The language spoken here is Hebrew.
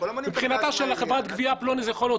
מבחינת חברת הגבייה פלוני זה יכול להיות